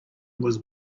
was